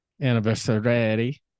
anniversary